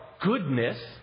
goodness